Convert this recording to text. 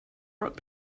rock